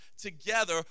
together